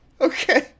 Okay